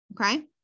Okay